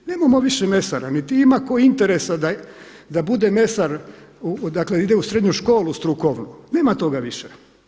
Nemamo više mesara niti ima tko interesa da bude mesar, dakle ide u srednju školu strukovnu, nema toga više.